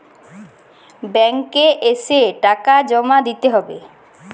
Bank এ এসে টাকা জমা দিতে হবে?